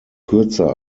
kürzer